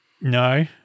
No